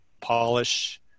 polish